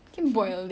can boil it